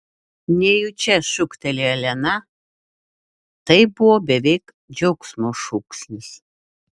nejučia šūktelėjo elena tai buvo beveik džiaugsmo šūksnis